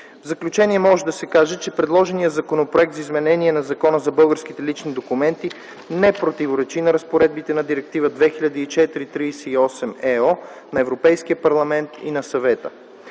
заключение може да се каже, че предложеният Законопроект за изменение на Закона за българските лични документи не противоречи на разпоредбите на Директива 2004/38/ЕО на Европейския парламент и на Съвета.